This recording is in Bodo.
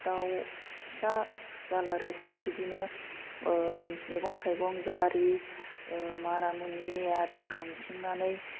दाव फिसा जाला रोसि बिदिनो मैगं थाइगं जारि माना मुनि आरि खांथिंनानै